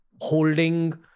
holding